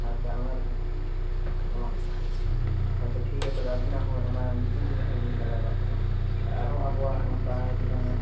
ᱟᱪᱪᱷᱟ ᱚᱱᱟ ᱨᱮᱦᱚᱸ ᱦᱚᱸ ᱦᱚᱸ ᱟᱪᱪᱷᱟ ᱴᱷᱤᱠ ᱜᱮᱭᱟ ᱛᱚᱵᱮ ᱟᱵᱤᱱᱟᱜ ᱦᱚᱸ ᱚᱱᱟ ᱧᱩᱛᱩᱢ ᱦᱚᱸᱞᱤᱧ ᱞᱟᱜᱟᱣ ᱠᱟᱜ ᱠᱟᱱᱟ ᱟᱨᱦᱚᱸ ᱟᱵᱚᱣᱟᱜ ᱱᱚᱝᱠᱟ ᱜᱮ ᱵᱟᱝᱟ